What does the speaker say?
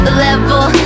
level